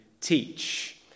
teach